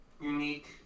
unique